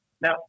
Now